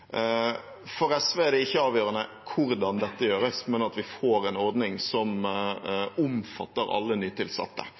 For SV er det ikke avgjørende hvordan det gjøres, men at vi får en ordning som